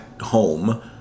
home